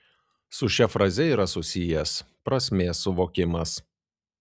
su šia faze yra susijęs prasmės suvokimas